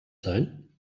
sein